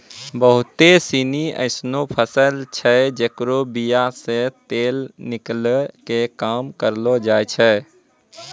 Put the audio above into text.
बहुते सिनी एसनो फसल छै जेकरो बीया से तेल निकालै के काम करलो जाय छै